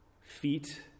feet